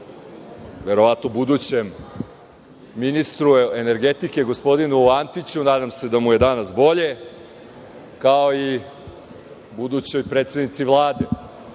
verovatno, budućem ministru energetike, gospodinu Antiću, nadam se da mu je danas bolje, kao i budućoj predsednici Vlade.